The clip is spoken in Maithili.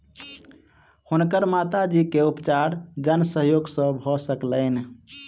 हुनकर माता जी के उपचार जन सहयोग से भ सकलैन